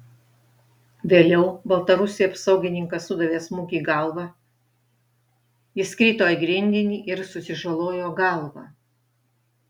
vėliau baltarusiui apsaugininkas sudavė smūgį į galvą jis krito į grindinį ir susižalojo galvą